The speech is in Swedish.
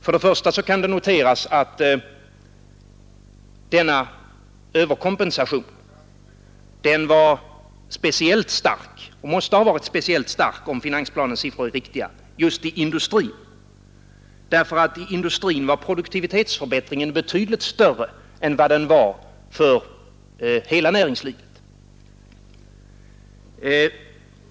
Först och främst kan det noteras att denna överkompensation var speciellt stark — och den måste ha varit speciellt stark, om finansplanens siffror är riktiga — just i industrin, eftersom i industrin produktivitetsförbättringen var betydligt större än vad den var för hela näringslivet.